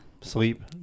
Sleep